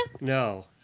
No